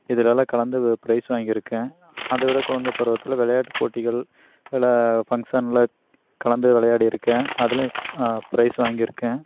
இதில் எல்லாம் கலந்து ப்ரைஸ் வாங்கியிருக்கேன் அதோட குழந்தை பருவத்தில் விளையாட்டு போட்டிகள் ஃபங்க்ஷன்ல கலந்து விளையாடியிருக்கேன் அதிலயும் ப்ரைஸ் வாங்கியிருக்கேன்